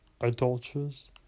adulterers